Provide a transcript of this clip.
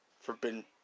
Forbidden